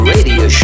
Radio